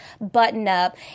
button-up